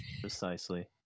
precisely